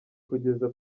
kugeza